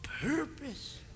purpose